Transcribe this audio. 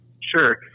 Sure